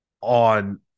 on